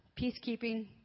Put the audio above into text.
peacekeeping